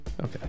Okay